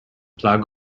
plug